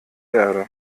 erde